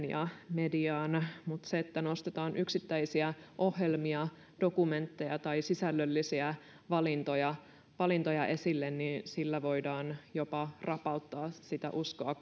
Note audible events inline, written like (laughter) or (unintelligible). (unintelligible) ja mediaan mutta sillä että nostetaan yksittäisiä ohjelmia dokumentteja tai sisällöllisiä valintoja valintoja esille siirretään katse kokonaisuudesta yksityiskohtiin voidaan jopa rapauttaa sitä uskoa